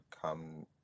Come